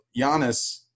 Giannis